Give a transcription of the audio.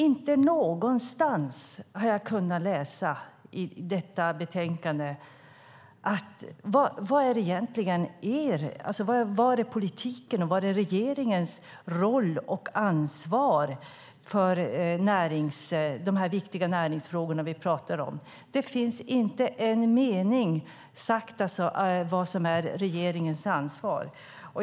Inte någonstans har jag i detta betänkande kunnat läsa vad politiken är och vilken roll och vilket ansvar regeringen har för de viktiga näringsfrågor som vi pratar om. Det finns inte en enda mening om vad som är regeringens ansvar.